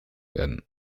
werden